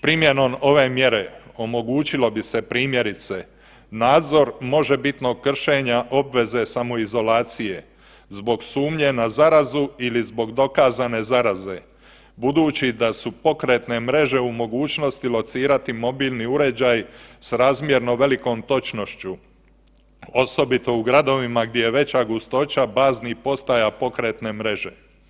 Primjenom ove mjere omogućilo bi se primjerice nadzor možebitnog kršenja obveze samoizolacije zbog sumnje na zarazu ili zbog dokazane zaraze budući da su pokretne mreže u mogućnosti locirati mobilni uređaj s razmjerno velikom točnošću osobito u gradovima gdje je veća gustoća baznih postaja pokretne mreže.